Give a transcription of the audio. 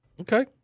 Okay